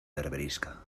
berberisca